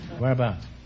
Whereabouts